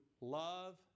love